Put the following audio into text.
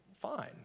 fine